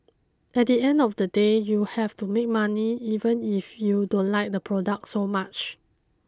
at the end of the day you have to make money even if you don't like the product so much